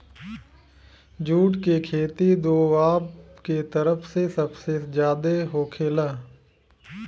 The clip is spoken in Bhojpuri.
जुट के खेती दोवाब के तरफ में सबसे ज्यादे होखेला